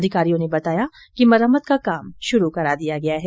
अधिकारियों ने बताया कि मरम्मत का काम शुरू कर दिया गया है